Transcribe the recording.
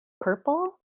Purple